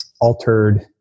altered